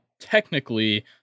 technically